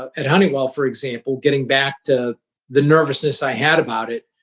at honeywell for example, getting back to the nervousness i had about it,